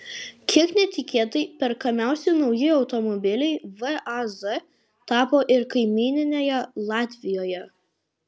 kiek netikėtai perkamiausi nauji automobiliai vaz tapo ir kaimyninėje latvijoje